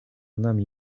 nami